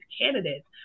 candidates